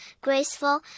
graceful